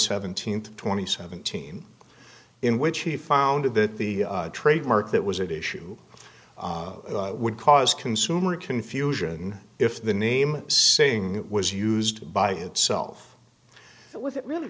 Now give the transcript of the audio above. seventeenth twenty seventeen in which he found that the trademark that was at issue would cause consumer confusion if the name saying was used by itself it wasn't really